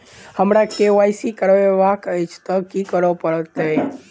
हमरा केँ Y C करेवाक अछि तऽ की करऽ पड़तै?